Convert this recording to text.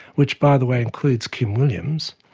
which by the way includes kim williams,